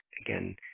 Again